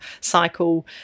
cycle